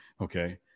Okay